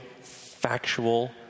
factual